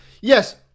Yes